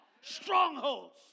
Strongholds